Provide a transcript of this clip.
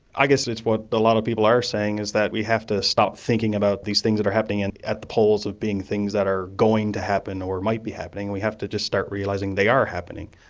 i guess it's what a lot of people are saying, is that we have to stop thinking about these things that are happening and at the poles of being things that are going to happen or might be happening, we have to just startrealising they are happening.